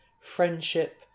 friendship